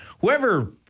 whoever